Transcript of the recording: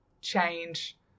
change